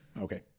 Okay